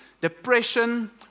depression